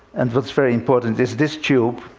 and what's very important is this tube.